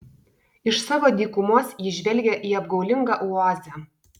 iš savo dykumos ji žvelgia į apgaulingą oazę